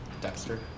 Dexter